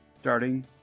starting